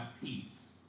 peace